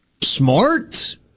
smart